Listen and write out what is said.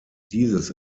dieses